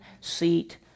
seat